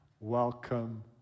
Welcome